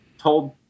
told